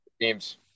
teams